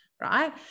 right